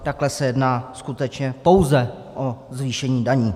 Takhle se jedná skutečně pouze o zvýšení daní.